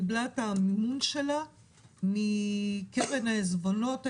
קיבלה את המימון שלה מקרן העיזבונות,